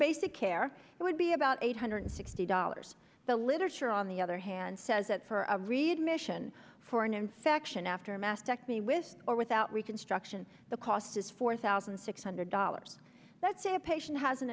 basic care it would be about eight hundred sixty dollars the literature on the other hand says that for a read mission for an infection after a mastectomy with or without reconstruction the cost is four thousand six hundred dollars that's a patient has an